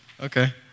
okay